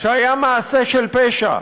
שהיה מעשה של פשע,